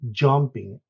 jumping